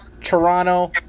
Toronto